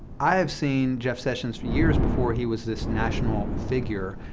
i have seen jeff sessions for years before he was this national figure,